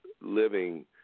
living